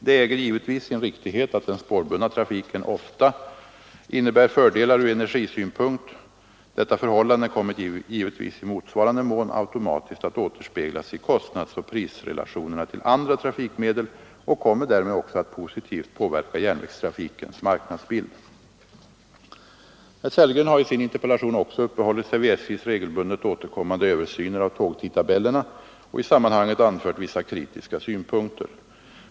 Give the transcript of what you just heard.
Det äger givetvis sin riktighet att den spårbundna trafiken ofta innebär fördelar ur energisynpunkt. Detta förhållande kommer givetvis i motsvarande mån automatiskt att återspeglas i kostnadsoch prisrelationerna till andra trafikmedel och kommer därmed också att positivt påverka järnvägstrafikens marknadsbild. Herr Sellgren har i sin interpellation också uppehållit sig vid SJ:s regelbundet återkommande översyner av tågtidtabellerna och i sammanhanget anfört vissa kritiska synpunkter.